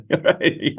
Right